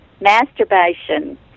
masturbation